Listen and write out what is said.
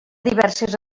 diverses